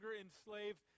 enslaved